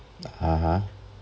(uh huh)